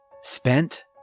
spent